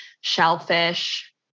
shellfish